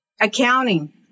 Accounting